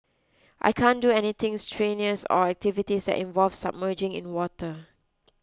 I can't do anything strenuous or activities that involve submerging in water